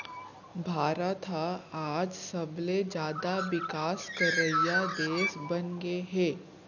भारत ह आज सबले जाता बिकास करइया देस बनगे हे